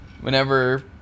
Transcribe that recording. whenever